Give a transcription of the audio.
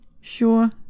Sure